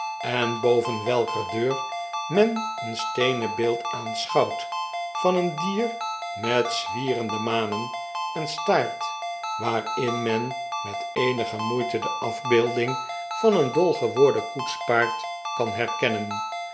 en boven welker deur men een steenen beeld aanschouwt van een dier met zwierende manen en staart waarin men met eenige moeite de afbeelding van een dol geworden koetspaard kan herkennen